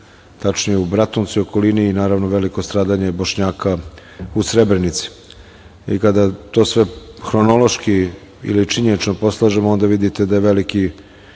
tačnije u Bratuncu i okolini i naravno veliko stradanje Bošnjaka u Srebrenici.I kada to sve hronološki ili činjenično poslažemo, onda vidite da je veliki